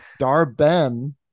Darben